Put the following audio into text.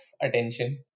attention